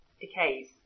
decays